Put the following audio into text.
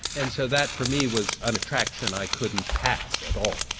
and so that for me was an attraction i couldn't pass at all.